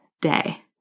day